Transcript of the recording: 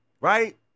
Right